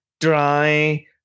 dry